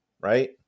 right